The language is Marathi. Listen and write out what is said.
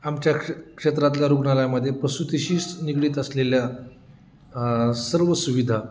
आमच्या क्ष क्षेत्रातल्या रुग्नालयामध्ये प्रसूतीशी निगडीत असलेल्या सर्व सुविधा